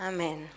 Amen